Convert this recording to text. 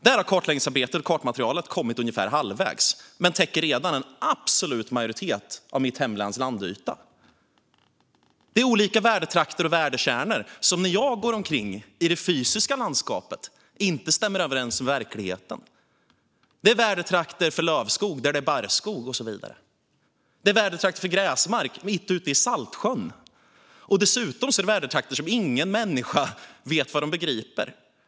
Där har kartläggningsarbetet - kartmaterialet - kommit ungefär halvvägs, men det täcker redan en absolut majoritet av mitt hemläns landyta. Det finns olika värdetrakter och värdekärnor, och när jag går omkring i det fysiska landskapet ser jag att de inte stämmer överens med verkligheten. Det finns värdetrakter för lövskog där det är barrskog och så vidare. Det finns värdetrakter för gräsmark mitt ute i saltsjön. Dessutom är det ingen människa som vet vad dessa värdetrakter inbegriper.